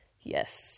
yes